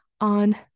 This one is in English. on